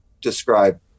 describe